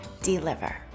deliver